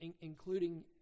including